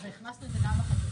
הכנסנו את זה גם לחקיקה.